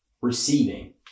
receiving